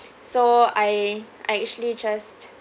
so I I actually just